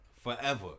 forever